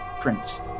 Prince